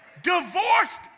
Divorced